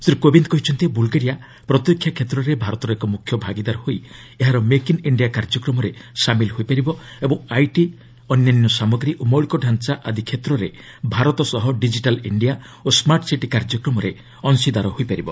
ଶ୍ରୀ କୋବିନ୍ଦ୍ କହିଛନ୍ତି ବୁଲ୍ଗେରିଆ ପ୍ରତିରକ୍ଷା କ୍ଷେତ୍ରରେ ଭାରତର ଏକ ମୁଖ୍ୟ ଭାଗିଦାର ହୋଇ ଏହାର 'ମେକ୍ ଇନ୍ ଇଣ୍ଡିଆ' କାର୍ଯ୍ୟକ୍ରମରେ ସାମିଲ୍ ହୋଇପାରିବ ଏବଂ ଆଇଟି ଅନ୍ୟାନ୍ୟ ସାମଗ୍ରୀ ଓ ମୌଳିକଡାଞ୍ଚା ଆଦି କ୍ଷେତ୍ରରେ ଭାରତ ସହ ଡିଜିଟାଲ୍ ଇଣ୍ଡିଆ ଓ ସ୍କାର୍ଟ ସିଟି କାର୍ଯ୍ୟକ୍ରମରେ ଅଂଶୀଦାର ହୋଇପାରିବ